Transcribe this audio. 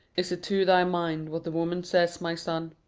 is it to thy mind what the woman says, my son?